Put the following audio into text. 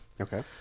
Okay